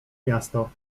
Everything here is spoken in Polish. miasto